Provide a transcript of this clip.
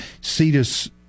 Cetus